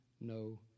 no